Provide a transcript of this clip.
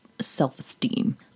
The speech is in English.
self-esteem